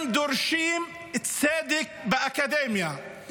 הם דורשים צדק באקדמיה.